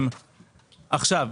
היום,